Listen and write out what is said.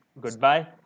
goodbye